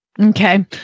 Okay